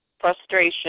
frustration